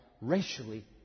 racially